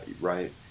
right